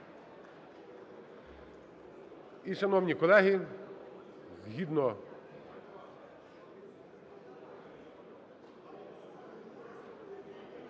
І, шановні колеги, згідно